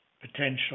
potential